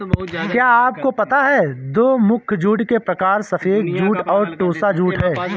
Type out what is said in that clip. क्या आपको पता है दो मुख्य जूट के प्रकार सफ़ेद जूट और टोसा जूट है